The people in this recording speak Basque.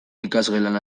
ikasgelan